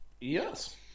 Yes